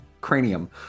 cranium